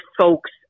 folks